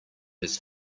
his